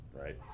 right